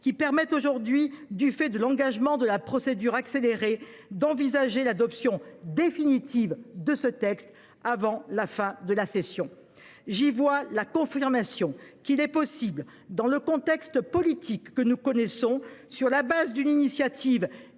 grâce auxquels, du fait de l’engagement de la procédure accélérée, nous pouvons envisager l’adoption définitive de ce texte avant la fin de la session. J’y vois la confirmation qu’il est possible, dans le contexte politique que nous connaissons, sur le fondement d’une initiative